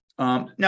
Now